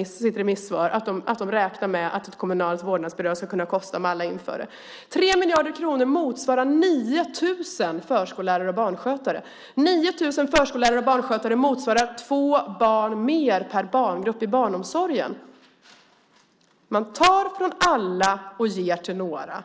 i sitt remissvar att ett kommunalt vårdnadsbidrag kommer att kosta 3 miljarder kronor om alla inför det. 3 miljarder kronor motsvarar 9 000 förskollärare och barnskötare. 9 000 förskollärare och barnskötare motsvarar två barn mer per barngrupp i barnomsorgen. Man tar från alla och ger till några.